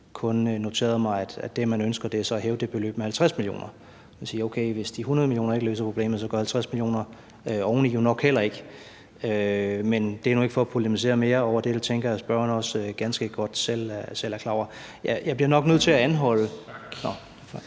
Venstres side kun ønsker at hæve det beløb med 50 mio. kr. Jeg vil så sige: Okay, hvis de 100 mio. kr. ikke løser problemet, gør 50 mio. kr. oveni jo nok heller ikke. Men det er nu ikke for at polemisere mere over det, og det tænker jeg også at spørgeren ganske godt selv er klar over. Jeg bliver nok nødt til at anholde ...